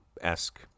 esque